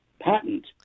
patent